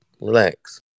relax